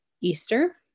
Easter